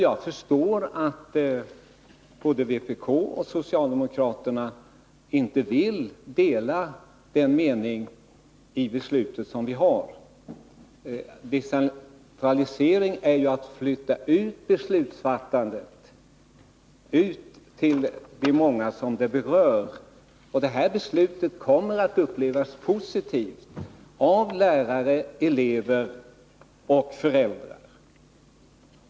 Jag förstår att vpk och socialdemokraterna inte vill stödja det. Decentralisering är ju att flytta ut beslutsfattandet till de många som besluten berör. Det här beslutet kommer att upplevas som positivt av lärare, elever och föräldrar.